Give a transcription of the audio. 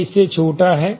यह इससे छोटा है